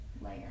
layer